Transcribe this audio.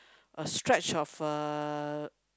a stretch of a